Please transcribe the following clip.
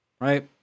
right